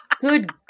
Good